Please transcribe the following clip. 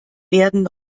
werden